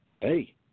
hey